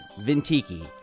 Vintiki